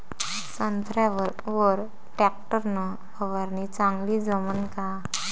संत्र्यावर वर टॅक्टर न फवारनी चांगली जमन का?